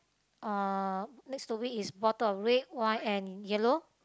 uh next to it is bottle of red white and yellow